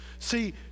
See